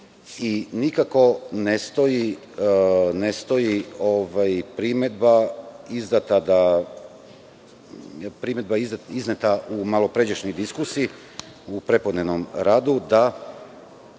Nikako ne stoji primedba izneta u malopređašnjoj diskusiji, u prepodnevnom radu, da